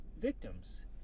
victims